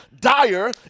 dire